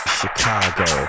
chicago